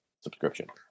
subscription